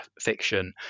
fiction